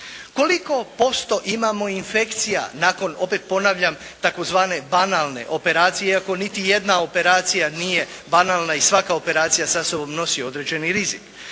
Koliko posto imamo infekcija nakon opet ponavljam tzv. banalne operacije, ako niti jedna operacija nije banalna i svaka operacija sa sobom nosi određeni rizik.